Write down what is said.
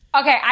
Okay